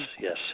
yes